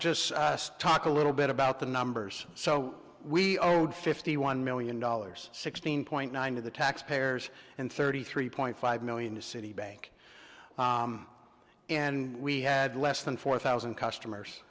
just talk a little bit about the numbers so we owed fifty one million dollars sixteen point nine of the tax payers and thirty three point five million to citibank and we had less than four thousand customers